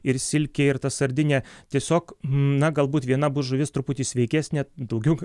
ir silkė ir ta sardinė tiesiog na galbūt viena bus žuvis truputį sveikesnė daugiau